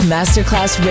Masterclass